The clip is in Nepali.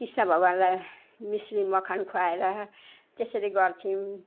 कृष्ण भगवानलाई मिस्री मक्खन खुवाएर त्यसरी गर्छौँ